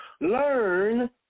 Learn